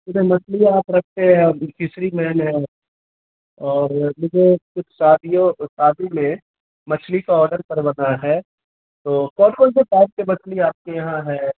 یہ جو مچھلی آپ رکھتے ہیں فسری مین ہے اور مجھے کچھ شادیوں شادی میں مچھلی کا آڈر کروانا ہے تو کون کون سے ٹائپ کے مچھلی آپ کے یہاں ہیں